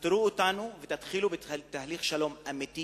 תפטרו אותנו ותתחילו בתהליך שלום אמיתי